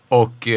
och